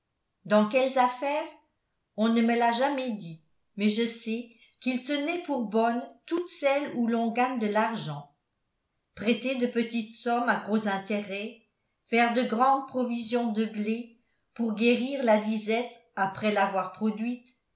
dans quelles affaires on ne me l'a jamais dit mais je sais qu'il tenait pour bonnes toutes celles où l'on gagne de l'argent prêter de petites sommes à gros intérêt faire de grandes provisions de blé pour guérir la disette après l'avoir produite